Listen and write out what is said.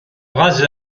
rase